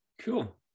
Cool